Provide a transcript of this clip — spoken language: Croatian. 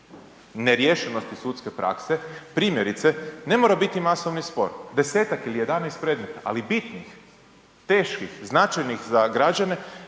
neriješenosti sudske prakse, primjerice ne mora biti masovni spor, 10-tak ili 11 predmeta, ali bitnih, teških, značajnih za građane,